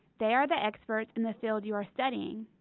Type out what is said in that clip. they are the experts in the field you are studying!